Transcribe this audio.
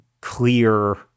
clear